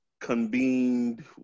convened